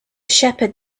shepherd